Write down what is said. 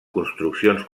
construccions